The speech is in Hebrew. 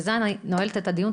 בזה אני נועלת את הדיון.